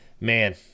man